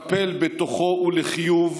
מקפל בתוכו, ולחיוב,